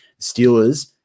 Steelers